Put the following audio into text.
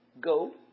Go